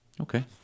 okay